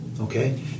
Okay